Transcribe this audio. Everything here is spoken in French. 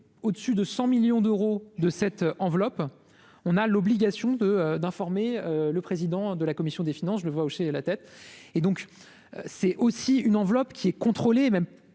au-dessus de 100 millions d'euros de cette enveloppe, on a l'obligation de d'informer le président de la commission des finances, je le vois hocher la tête et donc c'est aussi une enveloppe qui est contrôlée